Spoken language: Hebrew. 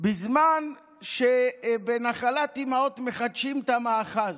-- בזמן שבנחלת אימהות מחדשים את המאחז,